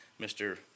Mr